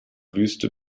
wüste